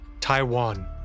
Taiwan